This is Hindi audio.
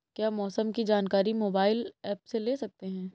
क्या मौसम की जानकारी मोबाइल ऐप से ले सकते हैं?